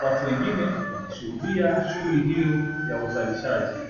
watu wengine wakishuhudia shughul hiyo ya uzalishaji.